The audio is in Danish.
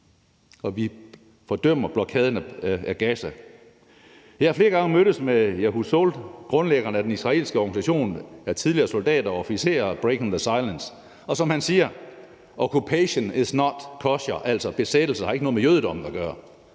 vi fordømmer blokaden af Gaza. Jeg har flere gange mødtes med Yehuda Shaul, grundlægger af den israelske organisation af tidligere soldater og officerer under navnet Breaking the Silence, og som han siger: Occupation is not kosher. Altså, besættelse har ikke noget med jødedommen at gøre.